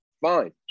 Fine